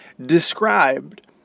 described